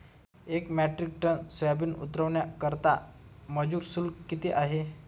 एक metric ton soybean उतरवण्याकरता मजूर शुल्क किती आहे?